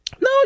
No